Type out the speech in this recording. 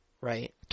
right